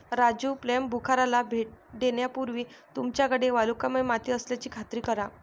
राजू प्लंबूखाराला भेट देण्यापूर्वी तुमच्याकडे वालुकामय माती असल्याची खात्री करा